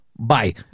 bye